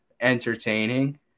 entertaining